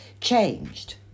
changed